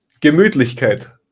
Gemütlichkeit